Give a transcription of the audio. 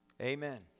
Amen